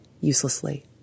uselessly